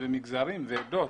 מגזרים ועדות,